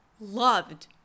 loved